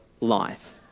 life